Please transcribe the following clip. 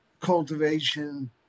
cultivation